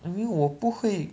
I mean 我不会